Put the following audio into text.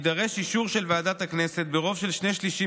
יידרש אישור של ועדת הכנסת ברוב של שני-שלישים